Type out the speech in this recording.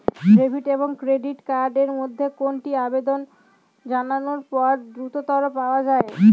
Debit এবং credit card এর মধ্যে কোনটি আবেদন জানানোর পর দ্রুততর পাওয়া য়ায়?